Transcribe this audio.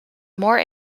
more